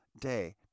day